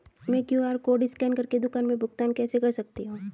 मैं QR code scan कर के दुकान में भुगतान कैसे कर सकती हूँ?